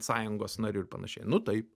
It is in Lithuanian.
sąjungos nariu ir panašiai nu taip